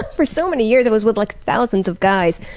for so many years i was with like thousands of guys.